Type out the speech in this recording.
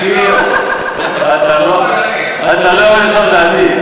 תקשיב, אתה לא יורד לסוף דעתי.